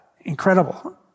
incredible